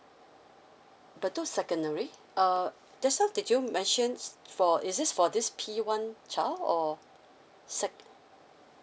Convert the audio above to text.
bedok secondary err just now did you mentioned for is this for this P one child or sec~